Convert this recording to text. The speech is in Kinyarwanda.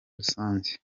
rusange